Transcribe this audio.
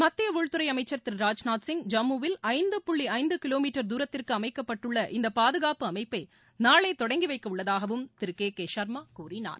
மத்திய உள்துறை அமைச்சர் திரு ராஜ்நாத்சிங் ஜம்முவில் ஐந்து புள்ளி ஐந்து கிவோ மீட்டர் தூரத்திற்கு அமைக்கப்பட்டுள்ள இந்த பாதுகாப்பு அமைப்பை நாளை தொடங்கி வைக்க உள்ளதாகவும் திரு கே கே ஷர்மா கூறினார்